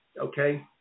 okay